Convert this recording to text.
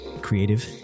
creative